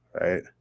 Right